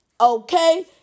okay